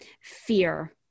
fear